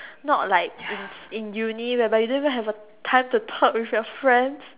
not like in in uni where by you don't even have the time to talk with your friends